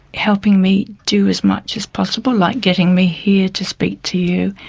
helping me do as much as possible, like getting me here to speak to you,